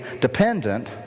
dependent